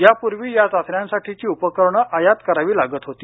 या पूर्वी या चाचण्यांसाठीची उपकरणं आयात करावी लागत होती